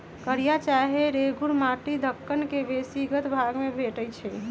कारिया चाहे रेगुर माटि दक्कन के बेशीतर भाग में भेटै छै